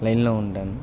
లైన్లో ఉంటాను